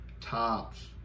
tops